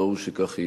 וראוי שכך יהיה.